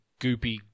goopy